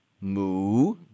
Moo